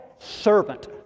servant